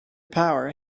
power